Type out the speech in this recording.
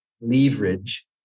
leverage